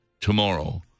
Tomorrow